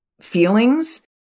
feelings